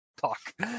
talk